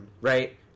right